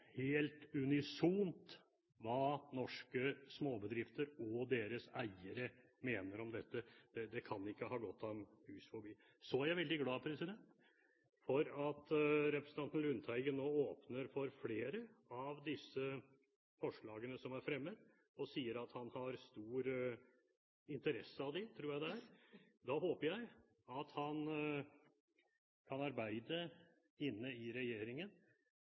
helt unisont hva norske småbedrifter og deres eiere mener om dette. Det kan ikke ha gått ham hus forbi. Så er jeg veldig glad for at representanten Lundteigen nå åpner for flere av de forslagene som er fremmet, og sier at han har stor interesse av dem, tror jeg det er. Da håper jeg at han kan arbeide innad i regjeringen,